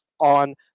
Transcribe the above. on